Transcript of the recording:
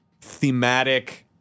thematic